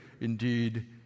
indeed